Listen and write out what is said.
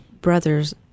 brothers